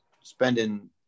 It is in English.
spending